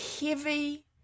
heavy